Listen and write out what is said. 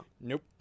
Nope